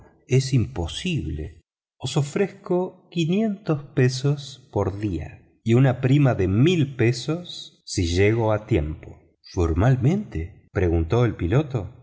es imposible os ofrezco cien libras por día y una prima de doscientas libras si llego a tiempo formalmente preguntó el piloto